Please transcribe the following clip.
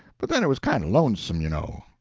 but then it was kind of lonesome, you know.